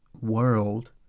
world